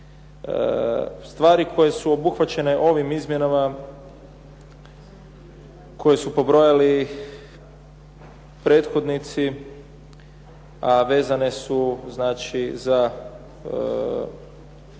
Stvari koje su obuhvaćene ovim izmjenama koje su pobrojali prethodnici vezane su znači